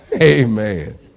Amen